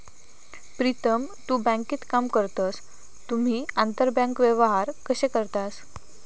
प्रीतम तु बँकेत काम करतस तुम्ही आंतरबँक व्यवहार कशे करतास?